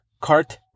Cart